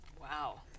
Wow